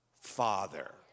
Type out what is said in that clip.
Father